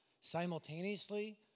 simultaneously